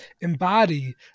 embody